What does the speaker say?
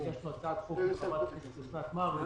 יש גם הצעת חוק של חברת הכנסת אוסנת מארק.